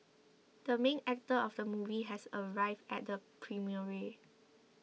the main actor of the movie has arrived at the premiere